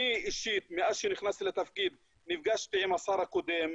אני אישית מאז שנכנסתי לתפקיד נפגשתי עם השר הקודם,